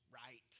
right